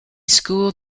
school